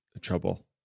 trouble